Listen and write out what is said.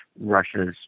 Russia's